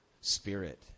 spirit